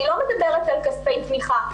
אני מדברת על כספי תמיכה.